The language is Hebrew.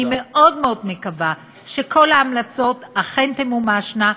אני מאוד מאוד מקווה שכל ההמלצות אכן תמומשנה,